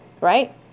Right